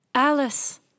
Alice